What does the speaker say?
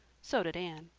so did anne.